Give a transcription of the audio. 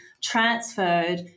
transferred